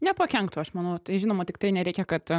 nepakenktų aš manau tai žinoma tiktai nereikia kad